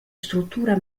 struttura